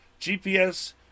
GPS